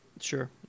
Sure